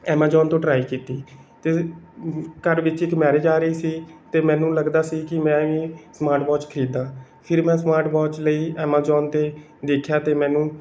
Amazon ਤੋਂ try ਕੀਤੀ ਅਤੇ ਘਰ ਵਿੱਚ ਇੱਕ ਮੈਰਿਜ ਆ ਰਹੀ ਸੀ ਅਤੇ ਮੈਨੂੰ ਲੱਗਦਾ ਸੀ ਕਿ ਮੈਂ ਵੀ ਸਮਾਟ ਵੋਚ ਖਰੀਦਾਂ ਫਿਰ ਮੈਂ ਸਮਾਟ ਵੋਚ ਲਈ ਐਮਾਜੋਨ 'ਤੇ ਦੇਖਿਆ ਅਤੇ ਮੈਨੂੰ